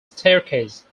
staircase